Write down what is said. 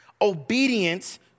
Obedience